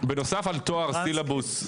בנוסף על --- והסילבוס,